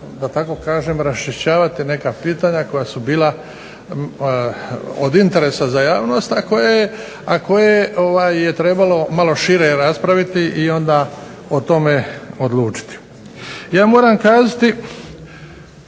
da tako kažem raščišćavati neka pitanja koja su bila od interesa za javnost, a koje je trebalo malo šire raspraviti i onda o tome odlučiti. Ja moram kazati